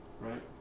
Right